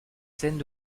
scènes